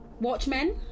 watchmen